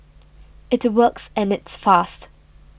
it works and it's fast